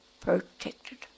protected